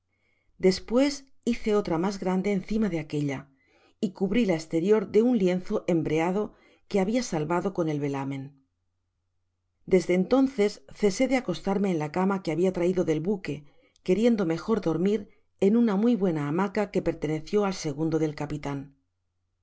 despues hice otra mas grande encima de aquella y cubri la esterior de un lienzo embreado que habia salvado con el velámen desde entonces cesé de acostarme en la cama que habia traido del buque queriendo mejor dormir en una muy buena hamaca que perteneció al segundo del capitan